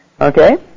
Okay